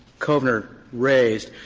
kovner raised,